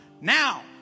now